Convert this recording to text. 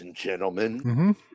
Gentlemen